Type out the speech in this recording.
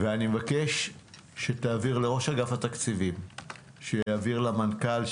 ואני מבקש שתעביר לראש אגף התקציבים שיעביר למנכ"ל,